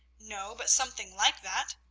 no, but something like that.